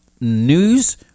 news